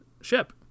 ship